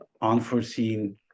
unforeseen